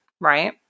right